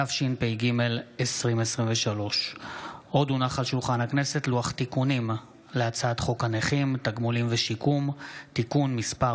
התשפ"ג 2023. לוח תיקונים להצעת חוק הנכים (תגמולים ושיקום) (תיקון מס'